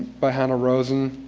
by hanna rosin.